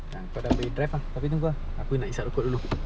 dan kau dah boleh drive ah tapi tunggu ah aku nak hisap rokok dulu